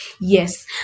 Yes